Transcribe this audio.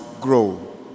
grow